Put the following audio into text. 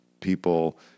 people